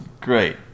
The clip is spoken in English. great